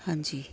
ਹਾਂਜੀ